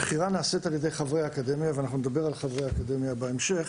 אנחנו נדבר על חברי האקדמיה בהמשך,